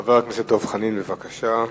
חבר הכנסת דב חנין, בבקשה.